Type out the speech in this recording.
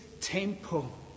temple